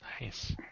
Nice